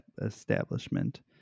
establishment